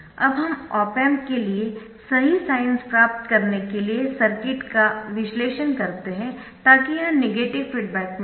अब हम op amp के लिए सही साइन्स प्राप्त करने के लिए सर्किट का विश्लेषण करते है ताकि यह नेगेटिव फीडबैक में हो